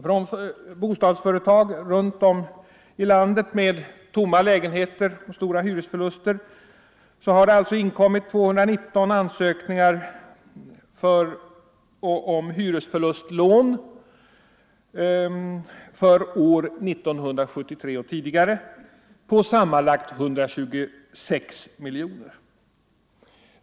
Från bostadsföretag runt om i landet med tomma lägenheter och stora förluster har det inkommit 219 ansökningar om hyresförlustlån för år 1973 och tidigare på sammanlagt 126 miljoner.